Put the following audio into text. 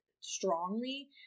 strongly